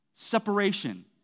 separation